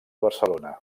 barcelona